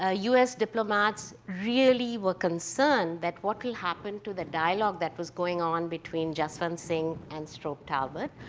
ah us diplomats really were concerned that what'll happen to the dialogue that was going on between jaswant singh and strobe talbott,